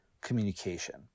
communication